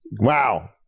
Wow